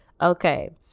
okay